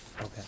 Okay